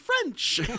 French